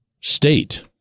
state